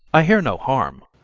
i hear no harm.